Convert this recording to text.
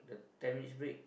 ten minutes break